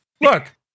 Look